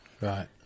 Right